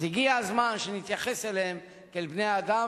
אז הגיע הזמן שנתייחס אליהם כאל בני-אדם